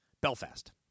Belfast